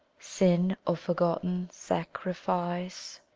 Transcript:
sin of forgotten sacrifice,